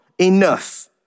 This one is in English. Enough